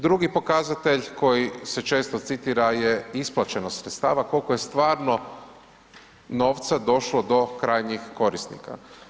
Drugi pokazatelj koji se često citira je isplaćenost sredstava koliko je stvarno novca došlo do krajnjih korisnika.